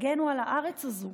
הגנו על הארץ הזו.